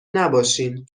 نباشین